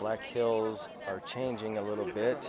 black hills are changing a little bit